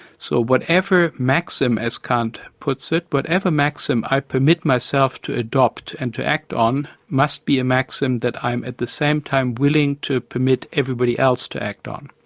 so whatever maxim, as kant puts it, but whatever maxim i permit myself to adopt and to act on must be a maxim that i'm at the same time willing to permit everybody else to act on.